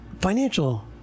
financial